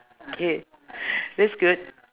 yeah that's good